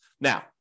Now